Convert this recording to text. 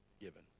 given